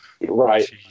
Right